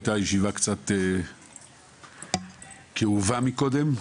הייתה ישיבה קצת כאובה מקודם,